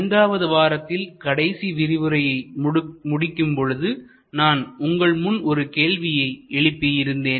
ஐந்தாவது வாரத்தில் கடைசி விரிவுரையை முடிக்கும் பொழுது நான் உங்கள் முன் ஒரு கேள்வியை எழுப்பி இருந்தேன்